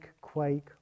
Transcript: quake